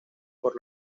por